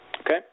Okay